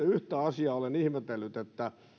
yhtä asiaa jota olen ihmetellyt meillä